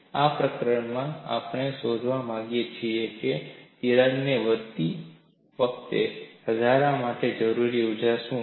આ પ્રકરણમાં આપણે શોધવા માંગીએ છીએ કે તિરાડને વધતી વખતે વધારવા માટે જરૂરી ઊર્જા શું છે